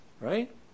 right